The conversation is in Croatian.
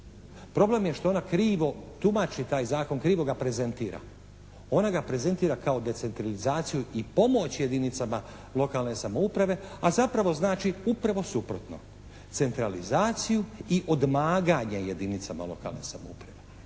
Problem je što ona krivo tumači taj zakon, krivo ga prezentira. Ona ga prezentira kao decentralizaciju i pomoć jedinicama lokalne samouprave a zapravo znači upravo suprotno. Centralizaciju i odmaganje jedinicama lokalne samouprave.